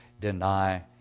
deny